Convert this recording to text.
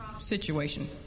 situation